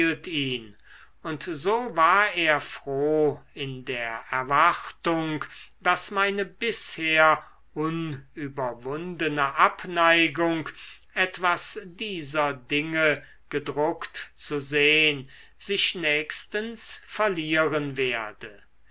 und so war er froh in der erwartung daß meine bisher unüberwundene abneigung etwas dieser dinge gedruckt zu sehn sich nächstens verlieren werde